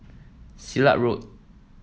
Silat Road